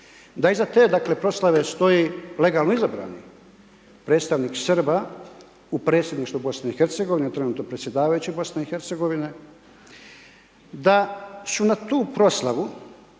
te dakle, proslave stoji legalno izabrani predstavnik Srba u predsjedništvu BIH, trenutno predsjedavajući BIH, da ću na tu proslavu,